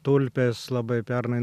tulpes labai pernai